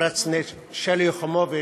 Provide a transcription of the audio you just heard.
חברת הכנסת שלי יחימוביץ,